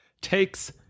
takes